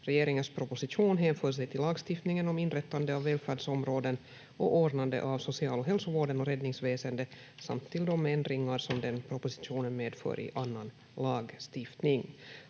Regeringens proposition hänför sig till lagstiftningen om inrättande av välfärdsområden och ordnande av social- och hälsovården och räddningsväsendet samt till de ändringar som den propositionen medför i annan lagstiftning.